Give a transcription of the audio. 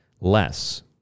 less